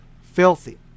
filthy